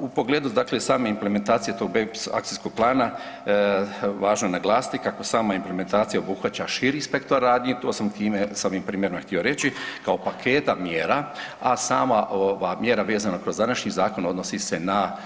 U pogledu dakle same implementacije tog BEPS akcijskog plana važno je naglasiti kako sama implementacija obuhvaća širi spektar radnji, to sam time s ovim primjerom htio reći, kao paketa mjera, a sama ova mjera vezana kroz današnji zakon odnosi se na